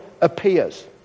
appears